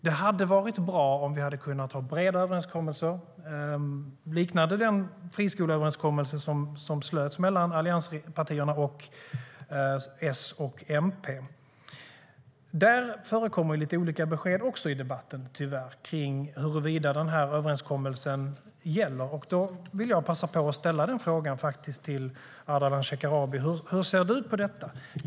Det hade varit bra om vi hade kunnat få breda överenskommelser liknande den friskoleöverenskommelse som slöts mellan allianspartierna, S och MP.Det förekommer tyvärr lite olika besked i debatten kring huruvida denna överenskommelse gäller. Då vill jag passa på att ställa frågan till Ardalan Shekarabi: Hur ser du på detta?